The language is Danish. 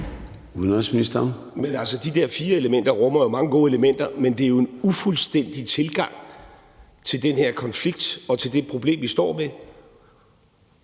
Udenrigsministeren (Lars Løkke Rasmussen): De der fire elementer rummer jo mange gode elementer, men det er jo en ufuldstændig tilgang til den her konflikt og til det problem, vi står med.